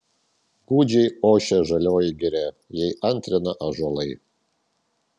gūdžiai ošia žalioji giria jai antrina ąžuolai